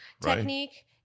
Technique